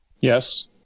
Yes